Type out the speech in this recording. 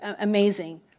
amazing